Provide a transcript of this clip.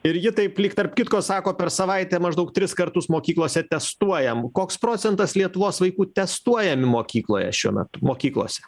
ir ji taip lyg tarp kitko sako per savaitę maždaug tris kartus mokyklose testuojam koks procentas lietuvos vaikų testuojami mokykloje šiuo metu mokyklose